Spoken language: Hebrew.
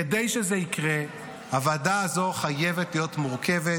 כדי שזה יקרה הוועדה הזו חייבת להיות מורכבת